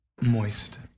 Moist